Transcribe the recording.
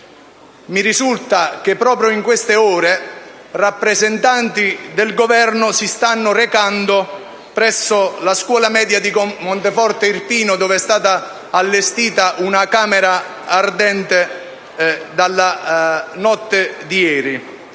Mi risulta che proprio in queste ore rappresentanti del Governo si stanno recando presso la scuola media di Monteforte Irpino, dove, dalla notte di ieri, estata allestita una camera ardente. A tutti i